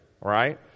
right